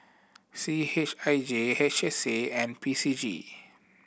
C H I J H S A and P C G